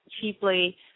cheaply